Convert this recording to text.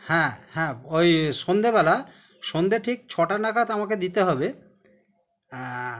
হ্যাঁ হ্যাঁ ওই সন্ধেবেলা সন্ধে ঠিক ছটা নাগাদ আমাকে দিতে হবে অ্যাঁ